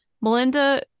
Melinda